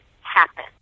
happen